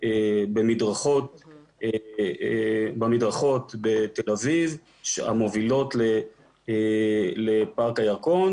במדרכות בתל אביב המובילות לפארק הירקון